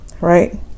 Right